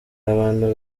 abantu